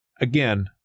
again